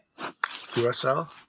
USL